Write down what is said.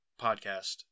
podcast